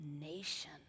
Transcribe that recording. nation